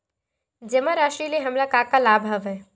जमा राशि ले हमला का का लाभ हवय?